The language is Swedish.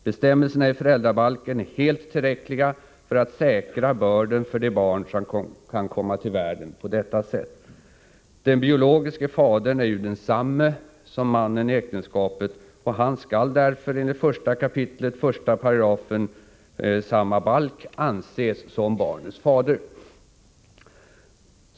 Bestämmelserna i föräldrabalken är helt tillräckliga för att säkra börden för det barn som kan komma till världen på detta sätt. Den biologiske fadern är ju densamme som mannen i äktenskapet, och han skall därför enligt 1 kap. 1 § samma balk anses som barnets fader.